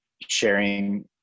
sharing